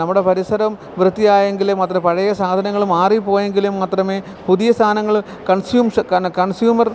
നമ്മുടെ പരിസരം വൃത്തിയായെങ്കില് മാത്രമെ പഴയ സാധനങ്ങള് മാറിപ്പോയെങ്കിലും മാത്രമേ പുതിയ സാധനങ്ങൾ കൺസ്യൂം കൺസ്യൂമർ